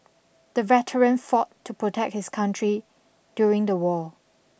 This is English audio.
the veteran fought to protect his country during the war